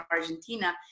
Argentina